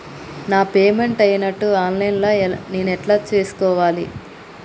నా పేమెంట్ అయినట్టు online లా నేను ఎట్ల చూస్కోవాలే?